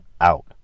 out